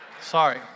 Sorry